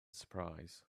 surprise